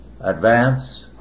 advance